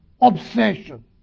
obsession